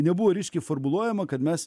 nebuvo ryški formuluojama kad mes